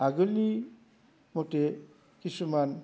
आगोलनि मथे किसुमान